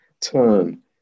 turn